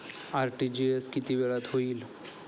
RTGS किती वेळात होईल?